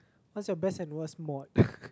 what's your best and worst mode